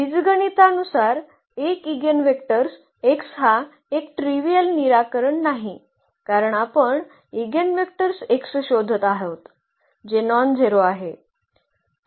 बीजगणितानुसार एक eigenvectors x हा एक ट्रीवियल निराकरण नाही कारण आपण ईगेनवेक्टर्स x शोधत आहोत जे नॉनझेरो आहे